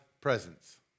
presence